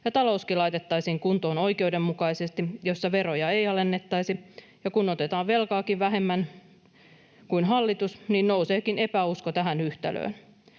talouskin laitettaisiin kuntoon oikeudenmukaisesti, jolloin veroja ei alennettaisi, ja kun otetaan velkaakin vähemmän kuin hallitus, niin nouseekin epäusko tähän yhtälöön.